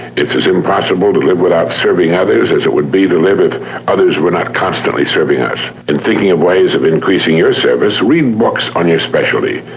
it's as impossible to live without serving others as it would be to live if others were not constantly serving us. in thinking of ways of increasing your service, read books on your specialty,